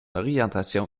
orientation